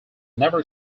never